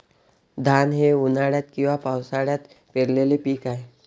धान हे उन्हाळ्यात किंवा पावसाळ्यात पेरलेले पीक आहे